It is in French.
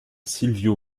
silvio